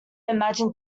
imagined